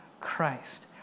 Christ